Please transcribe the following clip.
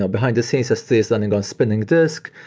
ah behind the scenes, s three is running on spinning disk,